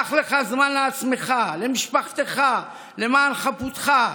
קח לך זמן לעצמך, למשפחתך, למען חפותך,